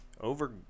Over